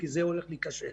כי זה הולך להיכשל.